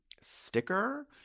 sticker